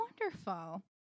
wonderful